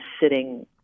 sitting